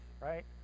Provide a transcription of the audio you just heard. right